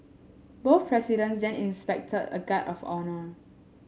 both presidents then inspected a guard of honour